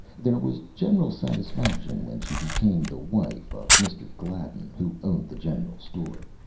there was general satisfaction when she became the wife of mr. gladden, who owned the general store.